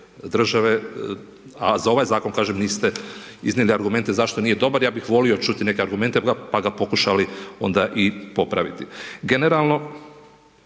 a za ovaj zakon, kažem niste iznijeli argumente zašto nije dobar, ja bih volio čuti neke argumente pa ga pokušali onda i popraviti.